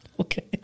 Okay